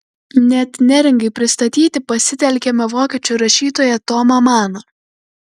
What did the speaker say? net neringai pristatyti pasitelkiame vokiečių rašytoją tomą maną